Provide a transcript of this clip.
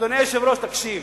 אדוני היושב-ראש, תקשיב.